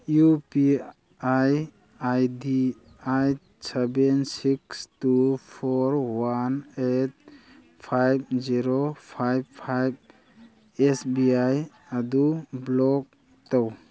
U P I I D eight seven six two four one eight five zero five five S B I ꯑꯗꯨ block ꯇꯧ